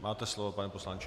Máte slovo, pane poslanče.